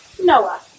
Noah